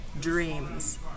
Dreams